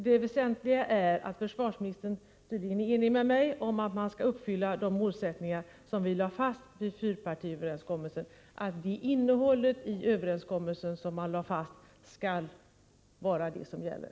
Det väsentliga är att försvarsministern tydligen är överens med mig om att man skall uppfylla de målsättningar som lades fast i fyrpartiöverenskommelsen. Innehållet i denna överenskommelse skall vara det som gäller.